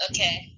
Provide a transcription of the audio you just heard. Okay